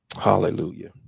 hallelujah